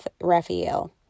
Raphael